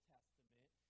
Testament